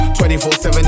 24-7